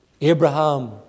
Abraham